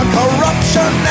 corruption